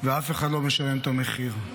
ואף אחד לא משלם את המחיר.